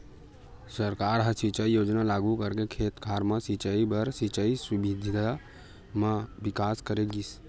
सरकार ह सिंचई योजना लागू करके खेत खार म सिंचई बर सिंचई सुबिधा म बिकास करे गिस